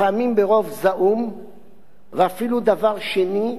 לפעמים ברוב זעום ואפילו, דבר שני,